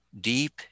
Deep